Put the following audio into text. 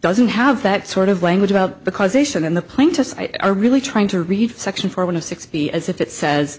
doesn't have that sort of language about the causation and the plaintiffs i are really trying to read section four one of sixty as if it says